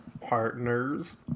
partners